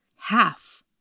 half